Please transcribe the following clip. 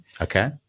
okay